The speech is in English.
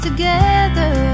Together